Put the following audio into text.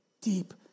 deep